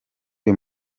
uyu